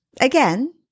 again